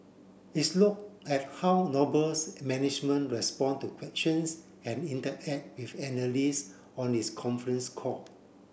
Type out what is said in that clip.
its looked at how Noble's management respond to questions and interact with analysts on its conference call